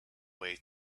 way